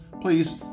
please